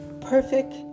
perfect